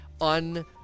un-